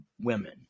women